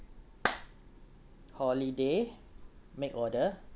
holiday make order